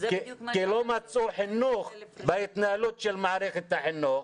כי לא מצאו חינוך בהתנהלות של מערכת החינוך